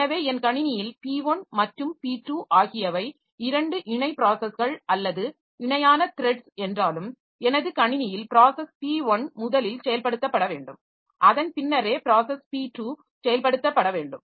எனவே என் கணினியில் P 1 மற்றும் P 2 ஆகியவை 2 இணை ப்ராஸஸ்கள் அல்லது இணையான த்ரெட்ஸ் என்றாலும் எனது கணினியில் ப்ராஸஸ் P1 முதலில் செயல்படுத்தப்பட வேண்டும் அதன்பின்னரே ப்ராஸஸ் P2 செயல்படுத்தப்பட வேண்டும்